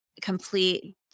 complete